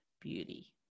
beauty